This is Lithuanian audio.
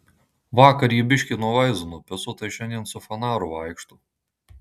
vakar jį biškį nuo vaizdo nupiso tai šiandien su fanaru vaikšto